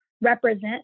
represent